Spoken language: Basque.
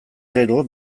gero